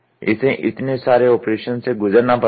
इसे इतने सारे ऑपरेशन से गुजरना पड़ता है